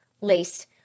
laced